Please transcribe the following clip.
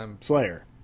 Slayer